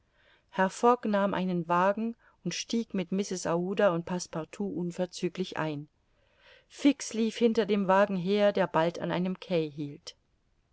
fogg nahm einen wagen und stieg mit mrs aouda und passepartout unverzüglich ein fix lief hinter dem wagen her der bald an einem quai hielt